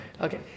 Okay